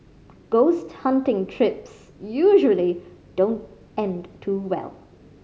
ghost hunting trips usually don't end too well